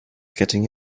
getting